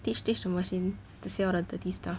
teach teach the machine to say all the dirty stuff